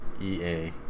EA